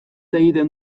egiten